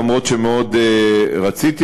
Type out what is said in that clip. למרות שמאוד רציתי.